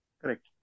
Correct